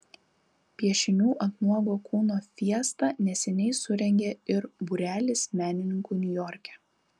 piešinių ant nuogo kūno fiestą neseniai surengė ir būrelis menininkų niujorke